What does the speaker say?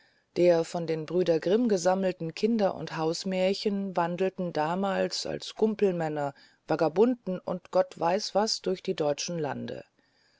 der von den gebrüder grimm gesammelten kinder und hausmärchen wandelten als gumpelmänner vagabunden und gott weiß was durch die deutschen lande